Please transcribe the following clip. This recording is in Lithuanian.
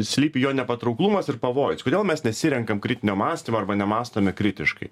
slypi jo nepatrauklumas ir pavojus kodėl mes nesirenkam kritinio mąstymo arba nemąstome kritiškai